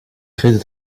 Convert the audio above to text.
crise